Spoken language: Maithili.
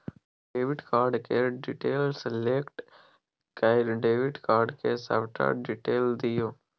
डेबिट कार्ड केर डिटेल सेलेक्ट कए डेबिट कार्ड केर सबटा डिटेल दियौ